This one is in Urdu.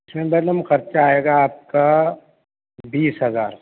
اس میں میڈم خرچہ آئے گا آپ کا بیس ہزار